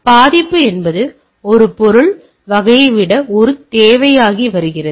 எனவே பாதுகாப்பு என்பது ஒரு பொருள் வகையை விட ஒரு தேவையாகி வருகிறது